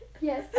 Yes